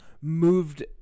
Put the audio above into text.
moved